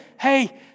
hey